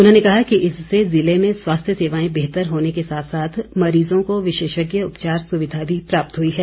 उन्होंने कहा कि इससे ज़िले में स्वास्थ्य सेवाएं बेहतर होने के साथ साथ मरीज़ों को विशेषज्ञ उपचार सुविधा भी प्राप्त हुई है